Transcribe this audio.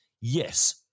Yes